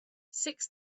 six